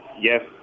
yes